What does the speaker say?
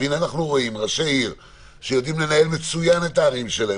אנחנו רואים ראשי עיר שיודעים לנהל את הערים שלהם,